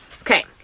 Okay